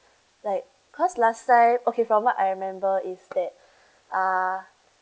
like cause last time okay from what I remember is that uh